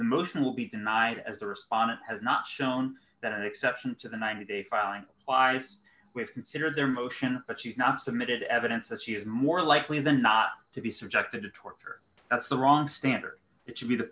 the motion will be denied as the respondent has not shown that exception to the ninety day filing bias consider their motion but she's not submitted evidence that she is more likely than not to be subjected to torture that's the wrong standard it should be the